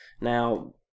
Now